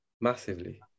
massively